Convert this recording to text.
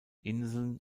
inseln